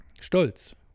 Stolz